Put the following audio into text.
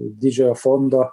didžiojo fondo